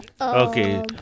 Okay